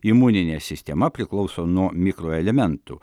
imuninė sistema priklauso nuo mikroelementų